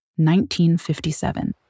1957